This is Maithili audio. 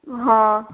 हँ